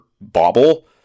Bobble